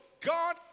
God